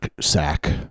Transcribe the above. sack